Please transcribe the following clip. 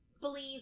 believe